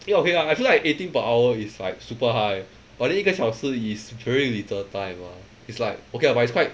eh okay lah I feel like eighteen per hour is like super high but then 一个小时 is very little time ah it's like okay lah but it's quite